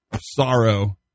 sorrow